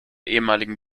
ehemaligen